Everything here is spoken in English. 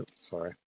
Sorry